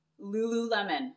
Lululemon